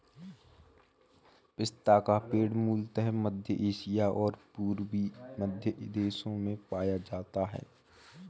पिस्ता का पेड़ मूलतः मध्य एशिया और पूर्वी मध्य देशों में पाया जाता है